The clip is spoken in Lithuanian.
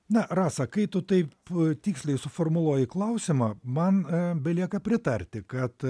na rasa kai tu taip tiksliai suformuluoji klausimą man belieka pritarti kad